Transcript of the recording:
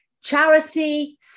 Charity